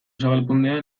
zabalkundea